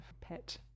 pet